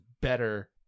better